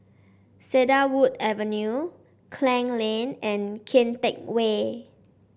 Cedarwood Avenue Klang Lane and Kian Teck Way